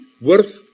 worth